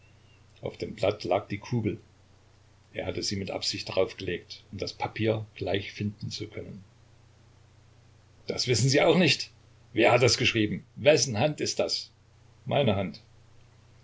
auf dem blatt lag die kugel er hatte sie mit absicht daraufgelegt um das papier gleich finden zu können das wissen sie auch nicht wer hat das geschrieben wessen hand ist das meine hand